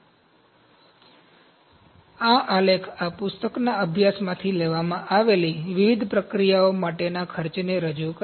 તેથી આ આલેખ આ પુસ્તકના અભ્યાસમાંથી લેવામાં આવેલી વિવિધ પ્રક્રિયાઓ માટેના ખર્ચને રજૂ કરે છે